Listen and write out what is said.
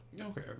Okay